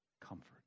comfort